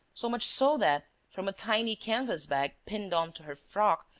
so much so that, from a tiny canvas bag pinned on to her frock,